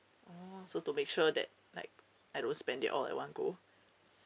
oh so to make sure that like I don't spend it all at one go